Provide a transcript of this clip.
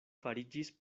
fariĝis